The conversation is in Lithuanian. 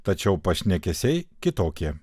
tačiau pašnekesiai kitokie